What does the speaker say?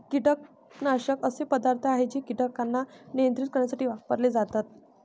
कीटकनाशक असे पदार्थ आहे जे कीटकांना नियंत्रित करण्यासाठी वापरले जातात